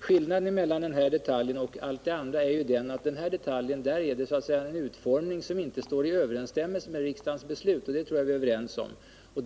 Skillnaden mellan denna detalj och allt det andra är ju att den här detaljen har en utformning som inte står i överensstämmelse med riksdagens beslut — det tror jag vi är överens om.